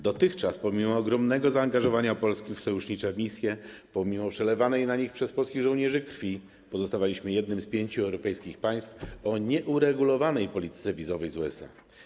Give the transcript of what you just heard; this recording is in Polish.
Dotychczas pomimo ogromnego zaangażowania Polski w sojusznicze misje, pomimo przelewanej na nich przez polskich żołnierzy krwi pozostawaliśmy jednym z pięciu europejskich państw o nieuregulowanej polityce wizowej z USA.